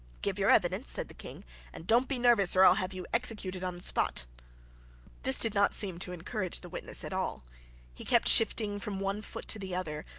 give your evidence said the king and don't be nervous, or i'll have you executed on the spot this did not seem to encourage the witness at all he kept shifting from one foot to the other,